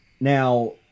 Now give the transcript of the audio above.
Now